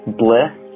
bliss